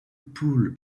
pull